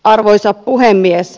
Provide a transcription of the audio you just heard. arvoisa puhemies